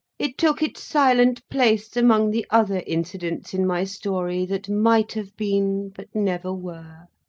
it took its silent place among the other incidents in my story that might have been, but never were.